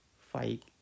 fight